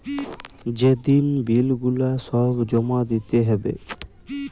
যে দিন বিল গুলা সব জমা দিতে হ্যবে